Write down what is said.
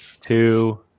two